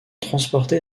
transportés